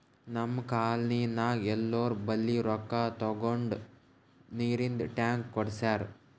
ನಮ್ ಕಾಲ್ನಿನಾಗ್ ಎಲ್ಲೋರ್ ಬಲ್ಲಿ ರೊಕ್ಕಾ ತಗೊಂಡ್ ನೀರಿಂದ್ ಟ್ಯಾಂಕ್ ಕುಡ್ಸ್ಯಾರ್